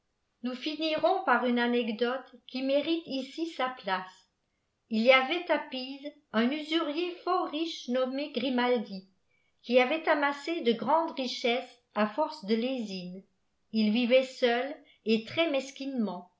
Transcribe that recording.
nous finirons par une anecdote qui mérite ici sa place il y avait à pise un usurier fort riche nommé grimaldi qui avait amassé de grandes richesses à force de lésine il vivait seul et très mesquinement